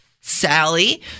Sally